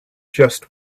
just